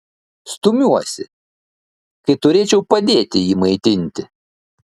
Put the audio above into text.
stumiuosi kai turėčiau padėti jį maitinti